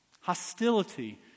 hostility